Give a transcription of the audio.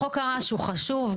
חוק הרעש הוא חשוב.